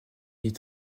est